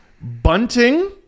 Bunting